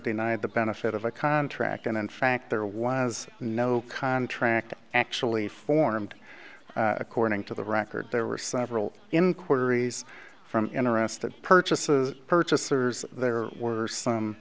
denied the benefit of a contract and in fact there was no contract actually formed according to the record there were several inquiries from interested purchases purchasers there were some